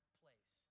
place